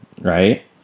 right